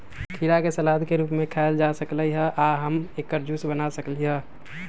खीरा के सलाद के रूप में खायल जा सकलई ह आ हम एकर जूस बना सकली ह